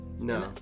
No